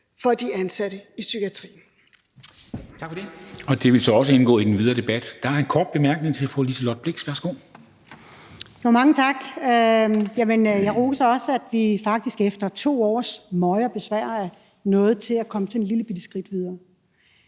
for de ansatte i psykiatrien.«